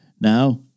now